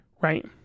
Right